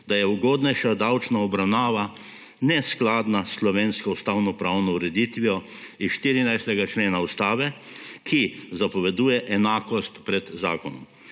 da je ugodnejša davčna obravnava neskladna s slovensko ustavnopravno ureditvijo iz 14. člena Ustave, ki zapoveduje enakost pred zakonom.